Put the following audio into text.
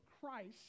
Christ